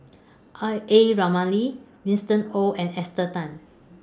A Ramli Winston Oh and Esther Tan